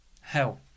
hell